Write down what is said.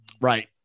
right